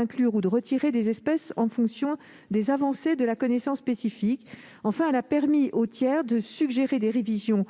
inclure ou retirer certaines espèces en fonction des avancées de la connaissance spécifique. Enfin, elle a permis aux tiers de suggérer des révisions